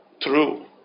true